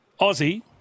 Aussie